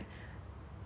华人 or like